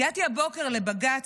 הגעתי הבוקר לבג"ץ,